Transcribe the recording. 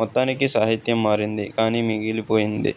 మొత్తానికి సాహిత్యం మారింది కానీ మిగిలిపోయింది